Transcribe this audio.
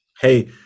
hey